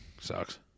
sucks